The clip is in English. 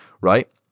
Right